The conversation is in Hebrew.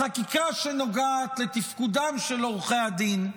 בחקיקה שנוגעת לתפקודם של עורכי הדין,